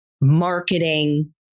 marketing